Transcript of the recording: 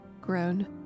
grown